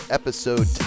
episode